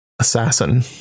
assassin